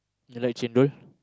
you like chendol